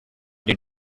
did